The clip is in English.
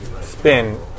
spin